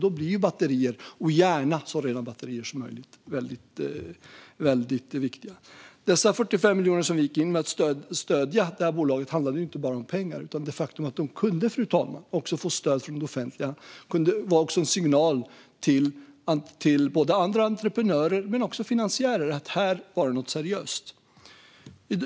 Då blir batterier, gärna så rena batterier som möjligt, väldigt viktiga. Dessa 45 miljoner som vi gick in med för att stödja det här bolaget handlade inte bara om pengar. Det faktum att bolaget kunde få stöd från det offentliga kunde också vara en signal till andra entreprenörer men också finansiärer att det här var något seriöst.